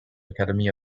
academy